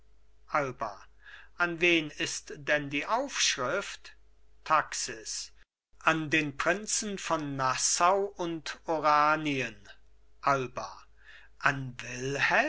alba an wen ist denn die aufschrift taxis an den prinzen von nassau und oranien alba an